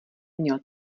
měl